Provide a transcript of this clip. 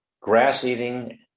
grass-eating